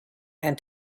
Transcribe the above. and